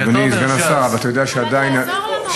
כשאתה אומר ש"ס, אדוני סגן השר, אבל תעזור לנו.